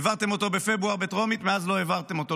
העברתם אותו בפברואר בטרומית ומאז לא העברתם אותו,